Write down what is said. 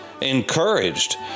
encouraged